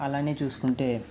అలానే చూసుకుంటే